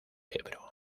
ebro